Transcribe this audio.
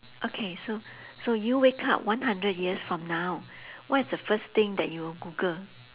okay so so you wake up one hundred years from now what is the first thing that you will google